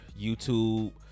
YouTube